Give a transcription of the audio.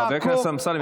חבר הכנסת אמסלם,